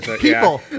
people